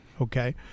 Okay